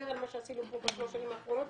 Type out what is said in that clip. על מה שעשינו פה בשלוש שנים האחרונות.